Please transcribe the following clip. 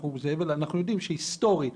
אנחנו יודעים שהיסטורית